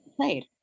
played